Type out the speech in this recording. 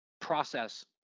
process